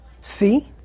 see